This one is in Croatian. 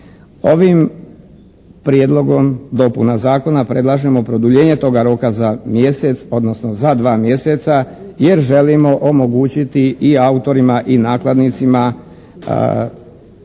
Ovim prijedlogom dopuna zakona predlažemo produljenje toga roka za mjesec odnosno za dva mjeseca jer želimo omogućiti i autorima i nakladnicima više